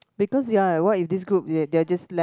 because ya what if this group they they are just left